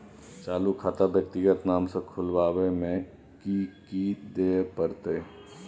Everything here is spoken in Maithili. चालू खाता व्यक्तिगत नाम से खुलवाबै में कि की दिये परतै?